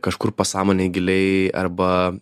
kažkur pasąmonėj giliai arba